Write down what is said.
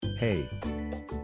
Hey